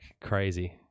crazy